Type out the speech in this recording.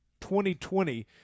2020